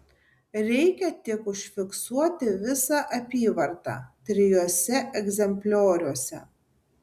reikia tik užfiksuoti visą apyvartą trijuose egzemplioriuose